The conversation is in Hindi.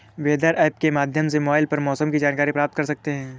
वेदर ऐप के माध्यम से मोबाइल पर मौसम की जानकारी प्राप्त कर सकते हैं